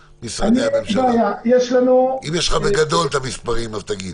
אם יש לך את המספרים בגדול אז תגיד.